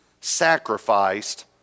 sacrificed